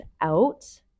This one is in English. out